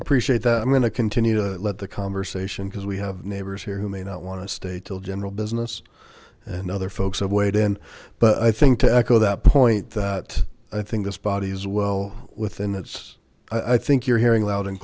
appreciate that i'm going to continue to lead the conversation because we have neighbors here who may not want to stay till general business and other folks have weighed in but i think to echo that point that i think this body is well with and that's i think you're hearing loud and